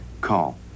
call